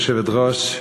גברתי היושבת-ראש,